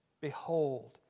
behold